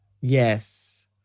Yes